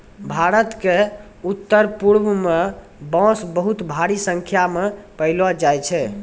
भारत क उत्तरपूर्व म बांस बहुत भारी संख्या म पयलो जाय छै